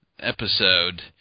episode